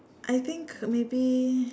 I think maybe